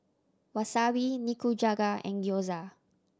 Wasabi Nikujaga and Gyoza